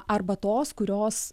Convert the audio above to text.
arba tos kurios